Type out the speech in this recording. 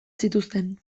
zituzten